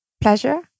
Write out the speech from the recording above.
pleasure